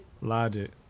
Logic